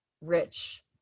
rich